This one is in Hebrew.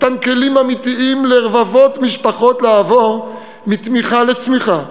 מתן כלים אמיתיים לרבבות משפחות לעבור מתמיכה לצמיחה,